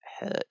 hurt